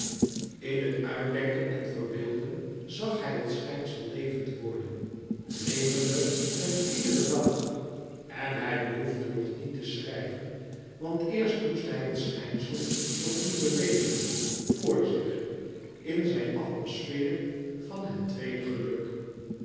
in het uitdenken en verbeelden zag hij het schijnsel levend worden levender met iederen dag en hij behoefde nog niet te schrijven want eerst moest hij het schijnsel nog doen bewegen vor zich in zijn atmosfeer van het tweede geluk